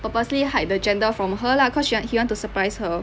purposely hide the gender from her lah cause she want he want to surprise her